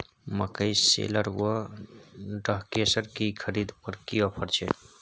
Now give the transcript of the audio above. मकई शेलर व डहसकेर की खरीद पर की ऑफर छै?